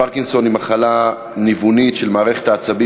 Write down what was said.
הפרקינסון היא מחלה ניוונית של מערכת העצבים,